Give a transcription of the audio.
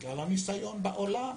ובגלל הניסיון בעולם.